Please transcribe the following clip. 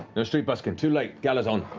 no street busking, too late. gala's on.